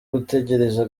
gutegereza